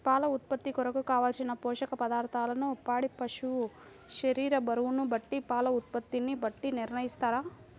పాల ఉత్పత్తి కొరకు, కావలసిన పోషక పదార్ధములను పాడి పశువు శరీర బరువును బట్టి పాల ఉత్పత్తిని బట్టి నిర్ణయిస్తారా?